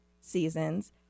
seasons